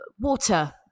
water